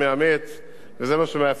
וזה מה שמאפיין מנהיגים גדולים,